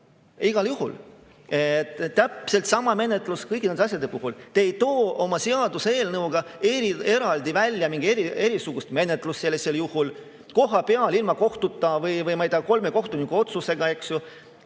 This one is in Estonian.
Igal juhul! Täpselt sama menetlus on kõigi nende asjade puhul. Te ei too oma seaduseelnõuga eraldi välja mingit erisugust menetlust sellisel juhul, kohapeal ilma kohtuta või, ma ei tea, kolme kohtuniku otsusega.